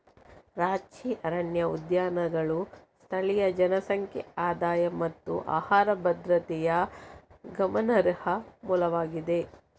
ranch ಅರಣ್ಯ ಉದ್ಯಾನಗಳು ಸ್ಥಳೀಯ ಜನಸಂಖ್ಯೆಗೆ ಆದಾಯ ಮತ್ತು ಆಹಾರ ಭದ್ರತೆಯ ಗಮನಾರ್ಹ ಮೂಲವಾಗಿದೆ